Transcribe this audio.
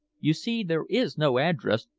you see there is no address,